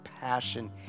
passion